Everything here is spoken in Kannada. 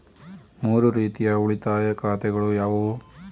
ಮೂರು ರೀತಿಯ ಉಳಿತಾಯ ಖಾತೆಗಳು ಯಾವುವು?